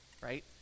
right